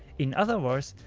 in other words,